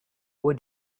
would